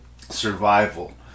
survival